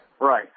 right